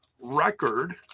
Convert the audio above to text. record